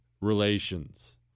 relations